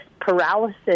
paralysis